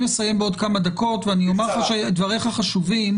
לסיים תוך כמה דקות ואני אומר לך שדבריך חשובים,